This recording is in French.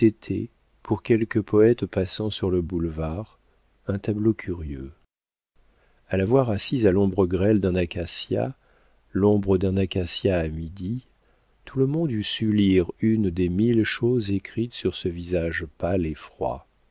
pour quelque poète passant sur le boulevard un tableau curieux a la voir assise à l'ombre grêle d'un acacia l'ombre d'un acacia à midi tout le monde eût su lire une des mille choses écrites sur ce visage pâle et froid